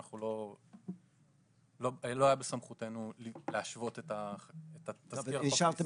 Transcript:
לא היה בסמכותנו להשוות את תזכיר החוק --- אז נשאל את